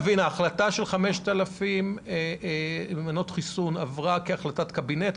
ההחלטה של 5,000 מנות חיסון עברה כהחלטת קבינט,